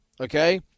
okay